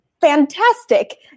fantastic